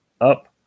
Up